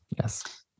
yes